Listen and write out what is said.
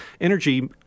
energy